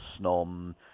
SNOM